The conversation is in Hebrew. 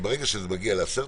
ברגע שזה מגיע ל-10,000,